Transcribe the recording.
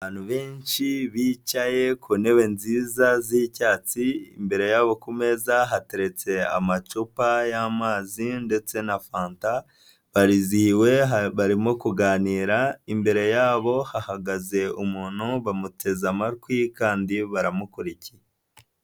Abantu benshi bicaye ku ntebe nziza z'icyatsi, imbere yabo ku meza hateretse amacupa y'amazi ndetse na fanta. Barizihiwe, barimo kuganira imbere yabo hahagaze umuntu, bamuteze amatwi kandi baramukurikira.